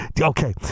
Okay